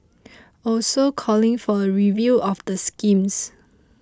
also calling for a review of the schemes